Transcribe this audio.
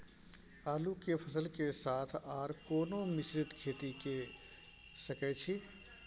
आलू के फसल के साथ आर कोनो मिश्रित खेती के सकैछि?